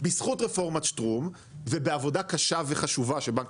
בזכות רפורמת שטרום ובעבודה קשה וחשובה שבנק